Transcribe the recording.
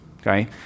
okay